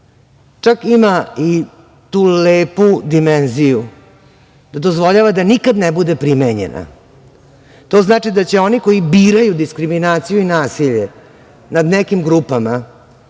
čak ima i tu lepu dimenziju da dozvoljava da nikad ne bude primenjena. To znači da će oni koji biraju diskriminaciju i nasilje nad nekim grupama